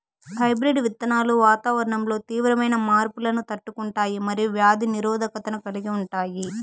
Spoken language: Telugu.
హైబ్రిడ్ విత్తనాలు వాతావరణంలో తీవ్రమైన మార్పులను తట్టుకుంటాయి మరియు వ్యాధి నిరోధకతను కలిగి ఉంటాయి